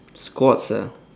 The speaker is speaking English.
squats ah